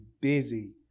busy